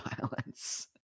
violence